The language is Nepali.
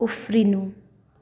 उफ्रिनु